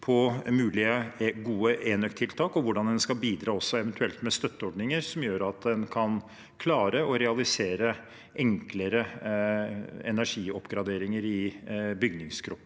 på mulige gode enøktiltak – også hvordan en eventuelt skal bidra med støtteordninger som gjør at en kan klare å realisere enklere energioppgraderinger i bygningskropp.